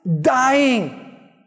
dying